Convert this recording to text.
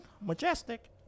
majestic